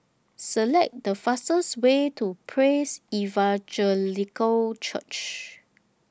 Select The fastest Way to Praise Evangelical Church